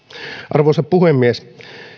arvoisa puhemies